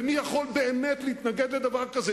ומי יכול באמת להתנגד לדבר כזה?